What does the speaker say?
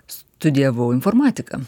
studijavau informatiką